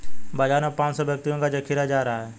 बाजार में पांच सौ व्यक्तियों का जखीरा जा रहा है